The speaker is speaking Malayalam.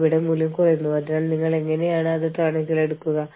ജീവനക്കാരുടെ പൾസ് നിങ്ങൾ എങ്ങനെ അളക്കും